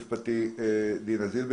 של הסמכויות האלה שנדונות היום בפני